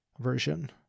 version